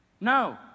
No